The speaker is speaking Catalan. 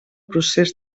procés